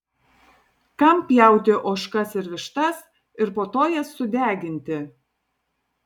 kam pjauti ožkas ir vištas ir po to jas sudeginti